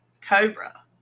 cobra